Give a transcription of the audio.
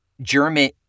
German